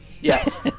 Yes